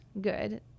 good